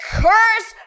curse